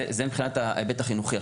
זה מבחינת ההיבט החינוכי.